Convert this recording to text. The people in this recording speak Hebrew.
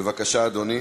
ובכל מקרה חל דין רציפות.